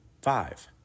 five